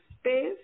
space